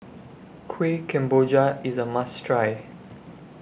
Kueh Kemboja IS A must Try